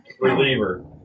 Reliever